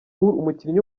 umukinnyi